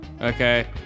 Okay